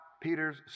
Peter's